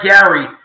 Gary –